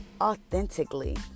authentically